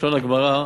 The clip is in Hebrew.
לשון הגמרא,